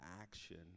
action